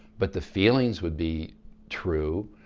but the feelings would be true.